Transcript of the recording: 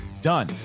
done